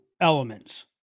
elements